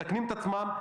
מסכנים את עצמם,